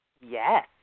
Yes